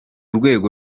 rwego